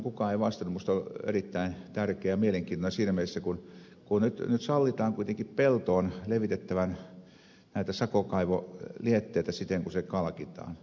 minusta se on erittäin tärkeä ja mielenkiintoinen siinä mielessä kun nyt sallitaan kuitenkin peltoon levitettävän näitä sakokaivolietteitä sitten kun ne kalkitaan